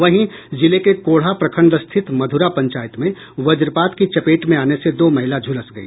वहीं जिले के कोढ़ा प्रखंड स्थित मध्रा पंचायत में वज्रपात की चपेट में आने से दो महिला झुलस गई